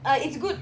it's good